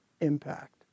impact